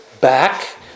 back